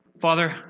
Father